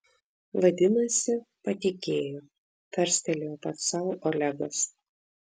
vadinasi patikėjo tarstelėjo pats sau olegas